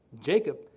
Jacob